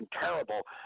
terrible